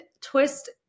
twist